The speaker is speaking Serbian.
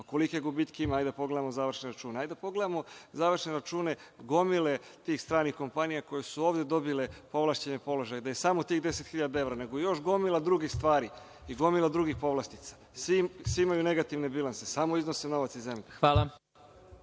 Kolike gubitke ima? Hajde da pogledamo završne račune. Hajde da pogledamo završne račune gomile tih stranih kompanija koje su ovde dobile povlašćeni položaj, ne samo tih 10 hiljada evra, nego gomilu drugih stvari i gomilu drugih povlastica. Svi imaju negativne bilanse, samo iznose novac iz zemlje.